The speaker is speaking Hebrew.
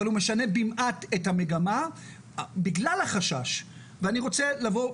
אבל הוא משנה במעט את המגמה בגלל החשש ואני רוצה לבוא,